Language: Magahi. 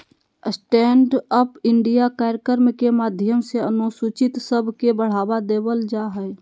स्टैण्ड अप इंडिया कार्यक्रम के माध्यम से अनुसूचित सब के बढ़ावा देवल जा हय